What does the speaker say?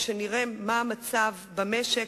כשנראה מה המצב במשק,